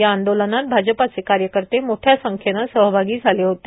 या आंदोलनात भाजपचे कार्यकर्ते मोठ्या संख्येने सहभागी झाले होते